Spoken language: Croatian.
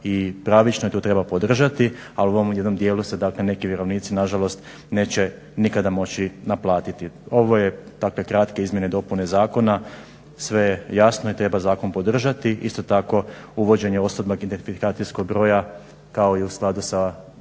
i pravično to treba podržati ali u ovom jednom dijelu se neki vjerovnici nažalost neće nikada moći naplatiti. Ovo je dakle kratke izmjene i dopune zakona, sve je jasno i treba zakon podržati. Isto tako uvođenje OIB-a kao i u skladu sa